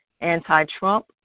Anti-Trump